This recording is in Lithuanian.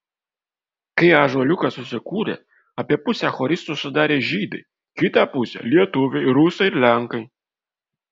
kai ąžuoliukas susikūrė apie pusę choristų sudarė žydai kitą pusę lietuviai rusai ir lenkai